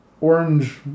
orange